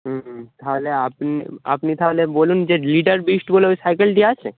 হুম হুম তাহলে আপনি আপনি তাহলে বলুন যে লিডার বিস্ট বলে ওই সাইকেলটি আছে